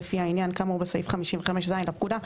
לפי העניין כאמור בסעיף 55ז לפקודה,